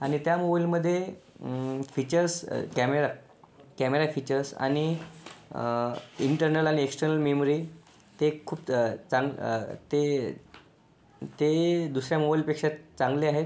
आणि त्या मोबाईलमध्ये फीचर्स कॅमेरा कॅमेरा फीचर्स आणि इंटर्नल एक्स्टर्नल मेमरी ते खूप चांग ते ते दुसऱ्या मोबाईलपेक्षा चांगले आहेत